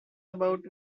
about